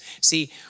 See